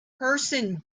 person